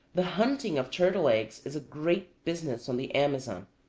the hunting of turtle eggs is a great business on the amazon.